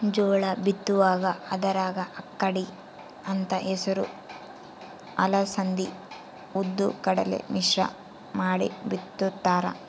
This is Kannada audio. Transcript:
ಜೋಳ ಬಿತ್ತುವಾಗ ಅದರಾಗ ಅಕ್ಕಡಿ ಅಂತ ಹೆಸರು ಅಲಸಂದಿ ಉದ್ದು ಕಡಲೆ ಮಿಶ್ರ ಮಾಡಿ ಬಿತ್ತುತ್ತಾರ